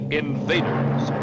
invaders